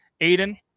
Aiden